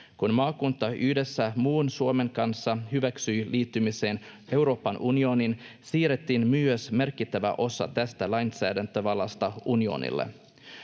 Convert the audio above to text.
Kun maakunta yhdessä muun Suomen kanssa hyväksyi liittymisen Euroopan unioniin, siirrettiin myös merkittävä osa tästä lainsäädäntövallasta unionille.